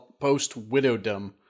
post-widowdom